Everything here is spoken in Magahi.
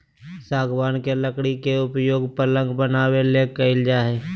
सागवान के लकड़ी के उपयोग पलंग बनाबे ले कईल जा हइ